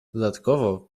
dodatkowo